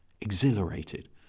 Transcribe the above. exhilarated